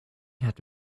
had